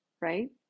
right